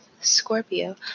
Scorpio